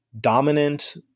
dominant